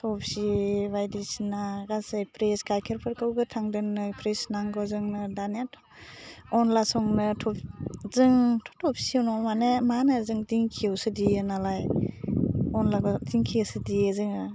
थबसि बायदिसिना गासै फ्रेस गायखेरफोरखौ गोथां दोननो फ्रिस नांगौ जोंनो दानियाथ' अनला संनो थब जोंथ थबसियाव नङा माने मा होनो जों दिंखियावसो देयो नालाय अनलाबाबो दिंखियावसो देयो जोङो